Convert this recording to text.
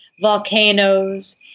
volcanoes